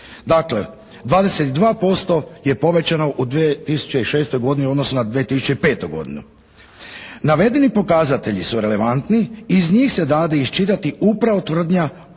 Dakle 22% je povećano u 2006. godini u odnosu na 2005. godinu. Navedeni pokazatelji su relevantni i iz njih se dade iščitati upravo tvrdnja